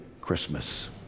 christmas